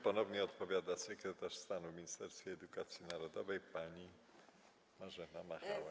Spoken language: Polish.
Ponownie odpowiada sekretarz stanu w Ministerstwie Edukacji Narodowej pani Marzena Machałek.